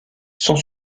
sont